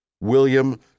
William